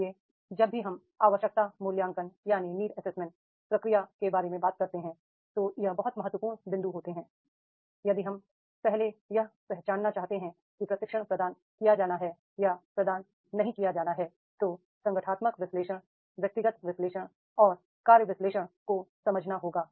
इसलिए जब भी हम नीड एसेसमेंट प्रक्रिया के बारे में बात करते हैं तो ये बहुत महत्वपूर्ण बिंदु होते हैं यदि आप पहले यह पहचानना चाहते हैं कि प्रशिक्षण प्रदान किया जाना है या प्रदान नहीं किया जाना है तो ऑर्गेनाइजेशनल एनालिसिस पर्सनल एनालिसिस और टास्क एनालिसिस को समझना होगा